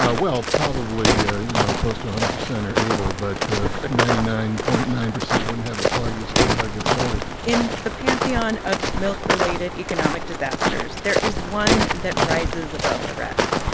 ah well, probably, ah you know, close to a hundred percent are able but ninety nine point nine percent wouldn't have the foggiest clue how to get started in the pantheon of milk-related economic disasters, there is one that rises above the rest.